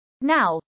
Now